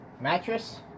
mattress